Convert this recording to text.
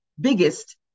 biggest